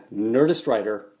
NERDISTWRITER